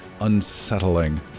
unsettling